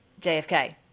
JFK